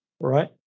right